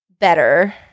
Better